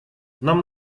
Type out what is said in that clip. нам